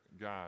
God